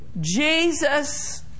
Jesus